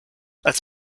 als